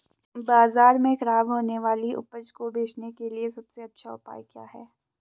बाजार में खराब होने वाली उपज को बेचने के लिए सबसे अच्छा उपाय क्या हैं?